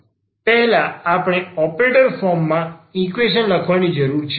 તેથી પહેલા આપણે ઓપરેટર ફોર્મમાં ઈક્વેશન લખવાની જરૂર છે